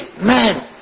man